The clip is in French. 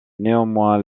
néanmoins